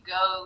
go